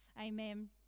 Amen